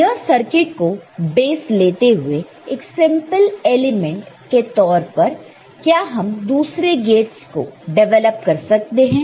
तो वह सर्किट को बेस लेते हुए एक सिंपल एलिमेंट के तौर पर क्या हम दूसरे गेट्स को डेवलप कर सकते हैं